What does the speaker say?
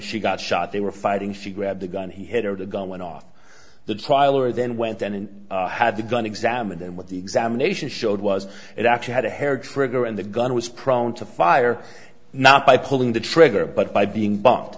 she got shot they were fighting she grabbed the gun he hit her the gun went off the trial or then went and had the gun examined and what the examination showed was it actually had a hair trigger and the gun was prone to fire not by pulling the trigger but by being bumped